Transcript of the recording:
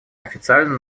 официально